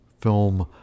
film